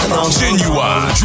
Genuine